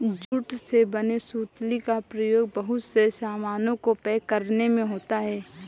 jute से बने सुतली का प्रयोग बहुत से सामानों को पैक करने में होता है